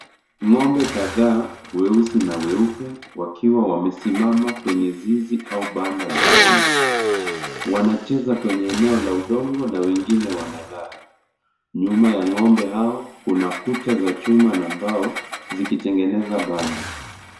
Ngo'mbe kadhaa weusi na weupe wakiwa wamesimama kwenye zizi au banda la ngo'mbe . Wanacheza kwenye eneo la udongo na wengine wanalala. Nyuma ya ngo'mbe hao kuna kuta za chuma na mbao zikitengeneza banda.